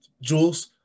Jules